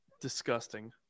disgusting